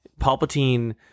Palpatine